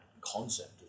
concept